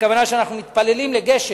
הכוונה היא שאנחנו מתפללים לגשם.